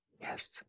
Yes